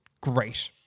great